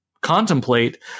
contemplate